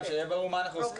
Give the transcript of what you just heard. שיהיה ברור מה אנחנו עושים.